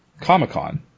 Comic-Con